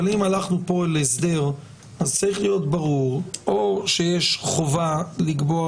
אבל אם הלכנו פה להסדר אז צריך להיות ברור או שיש חובה לקבוע